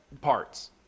parts